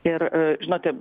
ir a žinote